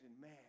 man